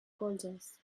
colzes